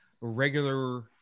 regular